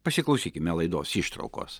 pasiklausykime laidos ištraukos